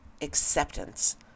acceptance